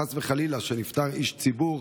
כשנפטר איש ציבור,